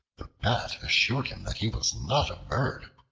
the bat assured him that he was not a bird,